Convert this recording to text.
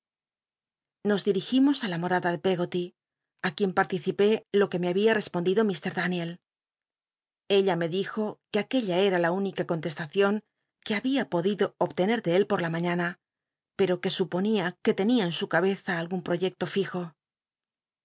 nos cl il'igim os ü la moi'mia de pcggoty á qu ien participó lo que me había respondido ik daniel ella me dijo que aquella era la única contestacion que había podido obtener de él por la mañana pero que suponía ciuc tenia en su cabeza algun proyecto lijo